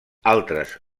altres